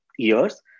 Years